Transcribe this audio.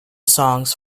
songs